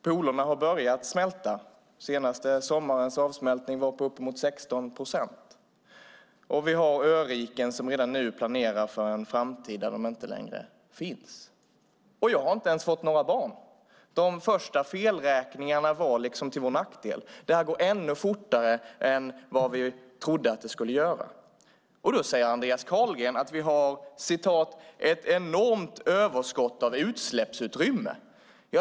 Polerna har börjat smälta. Den senaste sommarens avsmältning var på uppemot 16 procent. Vi har öriken som redan nu planerar för en framtid där de inte längre finns. Och jag har inte ens fått några barn. De första felräkningarna var till vår nackdel. Detta går ännu fortare än vi trodde att det skulle göra. Då säger Andreas Carlgren att vi har ett enormt överskott av utsläppsutrymme.